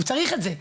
הוא צריך את זה,